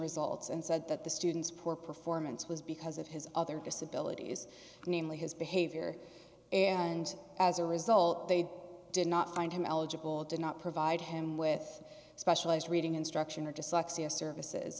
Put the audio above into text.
results and said that the student's poor performance was because of his other disability namely his behavior and as a result they did not find him eligible did not provide him with specialized reading instruction or dyslexia services